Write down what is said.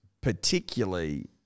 Particularly